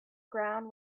ground